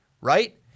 right